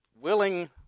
willing